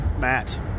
Matt